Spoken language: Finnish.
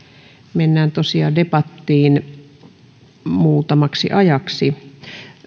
mennään tosiaan debattiin muutamaksi ajaksi